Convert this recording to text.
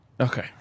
okay